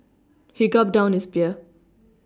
he gulped down his beer